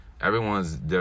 Everyone's